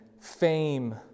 fame